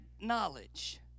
knowledge